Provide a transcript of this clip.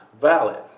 valid